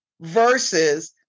versus